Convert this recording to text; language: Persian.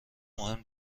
مهم